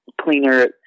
cleaner